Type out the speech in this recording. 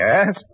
Yes